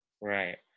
Right